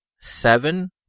seven